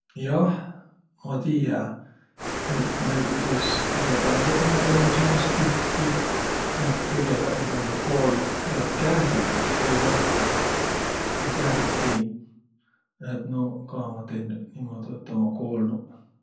Jah, ma tiiä, et näütüses rebäseq ummaq tennüq säänest tükkü, et tegeväq nigu ummaq koolnuq, ja kähriguq viil rohkõmb, nuuq kährikpiniq. Jah et nuuq kah ummaq tennüq niimuudu, et ummaq koolnuq.